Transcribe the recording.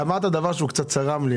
אמרת דבר שקצת צרם לי.